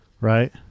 Right